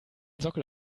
sockel